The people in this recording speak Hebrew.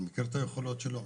מכיר את היכולות שלו.